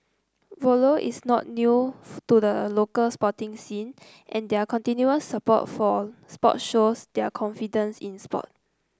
Volvo is not new to the local sporting scene and their continuous support for sports shows their confidence in sport